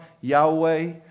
Yahweh